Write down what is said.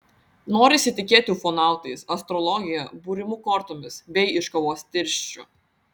norisi tikėti ufonautais astrologija būrimu kortomis bei iš kavos tirščių